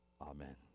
Amen